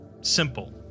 simple